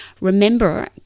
Remember